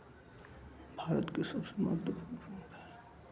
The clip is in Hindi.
भारत के सबसे महत्वपूर्ण भूमिका है